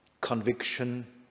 conviction